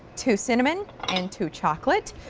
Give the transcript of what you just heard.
two cinnamon and two chocolate,